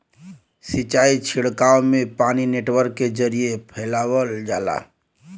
सिंचाई छिड़काव में पानी नेटवर्क के जरिये फैलावल जाला